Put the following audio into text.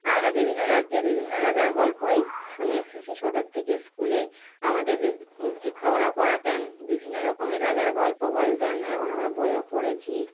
আমরা বিভিন্ন রাজ্যে বিভিন্ন রাজার গল্পই শুনে এসেছি ছোটোর থেকে স্কুলে আমাদের শিক্ষকরা পড়াতেন বিভিন্ন রকমের রাজার গল্প বলতেন এবং আমরা বইও পড়েছি